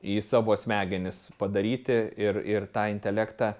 į savo smegenis padaryti ir ir tą intelektą